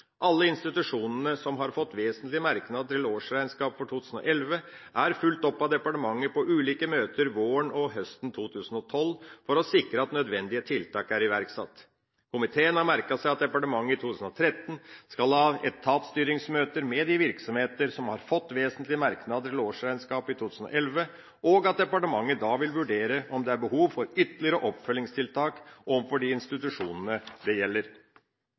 Alle institusjonene som har fått vesentlige merknader til årsregnskapet for 2011, er fulgt opp av departementet på ulike møter våren og høsten 2012 for å sikre at nødvendige tiltak er iverksatt. Komiteen har merket seg at departementet i 2013 skal ha etatsstyringsmøter med de virksomheter som har fått vesentlige merknader til årsregnskapet 2011, og at departementet da vil vurdere om det er behov for ytterligere oppfølgingstiltak overfor de institusjonene dette gjelder. Når det gjelder